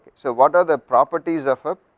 so, what are the properties of